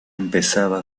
empezaba